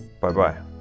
Bye-bye